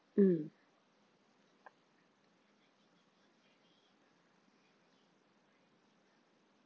mm